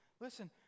Listen